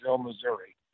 Missouri